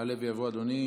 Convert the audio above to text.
יעלה ויבוא אדוני.